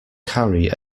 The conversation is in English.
carry